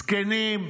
זקנים,